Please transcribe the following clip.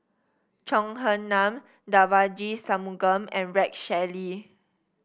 Chong Heman Devagi Sanmugam and Rex Shelley